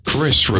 Chris